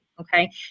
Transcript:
okay